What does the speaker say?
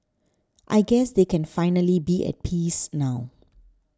I guess they can finally be at peace now